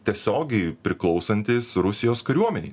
tiesiogiai priklausantys rusijos kariuomenei